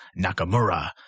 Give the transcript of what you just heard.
Nakamura